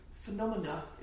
phenomena